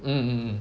mm mm mm